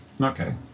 okay